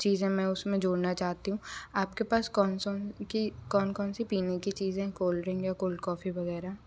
चीज़ें मैं उसमें जोड़ना चाहती हूँ आपके पास कौन कौन कि कौन कौन सी पीने की चीज़ें हैं कोल्ड ड्रिंक या कोल्ड कॉफ़ी वगैरह